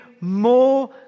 more